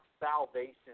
salvation